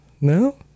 no